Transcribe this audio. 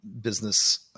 business